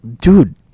Dude